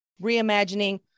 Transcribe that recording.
Reimagining